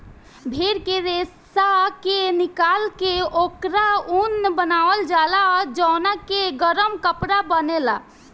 भेड़ के रेशा के निकाल के ओकर ऊन बनावल जाला जवना के गरम कपड़ा बनेला